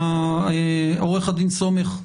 עו"ד סומך,